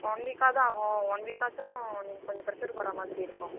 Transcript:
one வீக்காவது ஆகும் one வீக்காச்சும் நீங்கள் கொஞ்சம் ப்ரசருக்கு வர மாதிரி இருக்கும்